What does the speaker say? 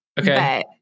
Okay